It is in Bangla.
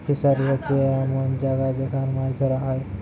ফিসারী হোচ্ছে এমন জাগা যেখান মাছ ধোরা হয়